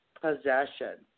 possession